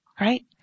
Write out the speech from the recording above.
right